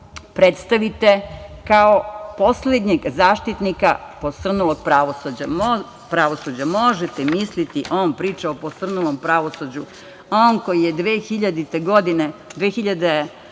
predstavite kao poslednjeg zaštitnika posrnulog pravosuđa“.Možete misliti, on priča o posrnulom pravosuđu, on, koji je 2009. godine otpustio